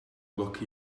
lwc